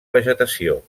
vegetació